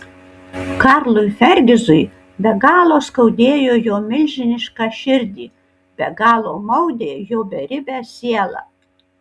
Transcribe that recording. karlui fergizui be galo skaudėjo jo milžinišką širdį be galo maudė jo beribę sielą